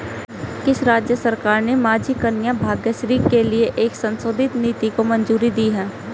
किस राज्य सरकार ने माझी कन्या भाग्यश्री के लिए एक संशोधित नीति को मंजूरी दी है?